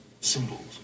symbols